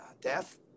death